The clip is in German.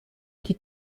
die